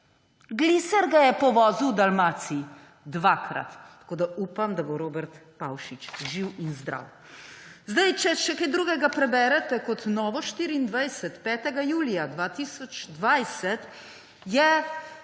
Gliser ga je povozil v Dalmaciji! Dvakrat! Tako upam, da bo Robert Pavšič živ in zdrav. Sedaj, če še kaj drugega preberete kot Novo24, 5. julija 2020 je